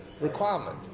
requirement